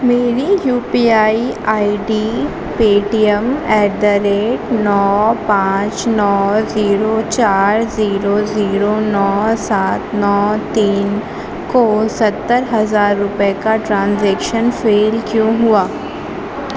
میری U P I I D Paytm at the rate نو پانچ نو زیرو چار زیرو زیرو نو سات نو تین کو ستر ہزرا روپئے کا ٹرانزیکشن فیل کیوں ہوا